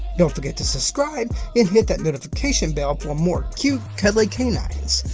don't forget to subscribe and hit that notification bell for more cute, cuddly canines.